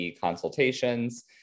consultations